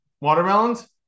Watermelons